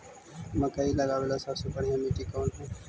मकई लगावेला सबसे बढ़िया मिट्टी कौन हैइ?